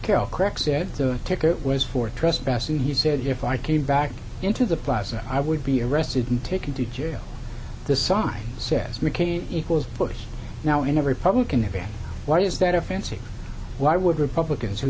carol crack said the ticket was for trespassing he said if i came back into the plaza i would be arrested and taken to jail the sign says mccain equals bush now in a republican event why is that offensive why would republicans who